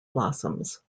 blossoms